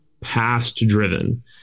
past-driven